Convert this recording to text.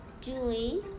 Julie